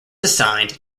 assigned